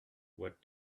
what